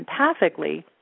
empathically